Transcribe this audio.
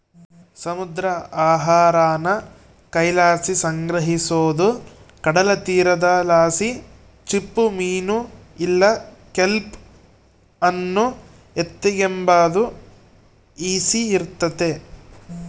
ಸಮುದ್ರ ಆಹಾರಾನ ಕೈಲಾಸಿ ಸಂಗ್ರಹಿಸೋದು ಕಡಲತೀರದಲಾಸಿ ಚಿಪ್ಪುಮೀನು ಇಲ್ಲ ಕೆಲ್ಪ್ ಅನ್ನು ಎತಿಗೆಂಬಾದು ಈಸಿ ಇರ್ತತೆ